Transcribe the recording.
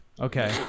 okay